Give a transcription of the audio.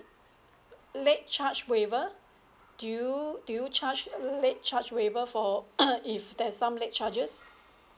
late charge waiver do you do you charge a late charge waiver for if there's some late charges